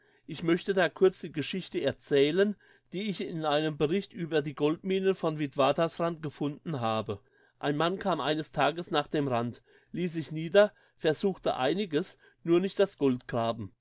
ich möchte da kurz die geschichte erzählen die ich in einem bericht über die goldminen von witwatersrand gefunden habe ein mann kam eines tages nach dem rand liess sich nieder versuchte einiges nur nicht das goldgraben